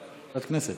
המליצה,